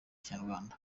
kinyarwanda